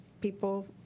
people